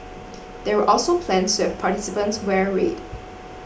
there were also plans to have participants wear red